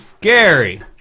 Gary